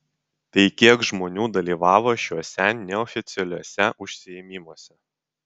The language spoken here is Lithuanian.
tai kiek žmonių dalyvavo šiuose neoficialiuose užsiėmimuose